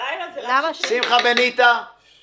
אני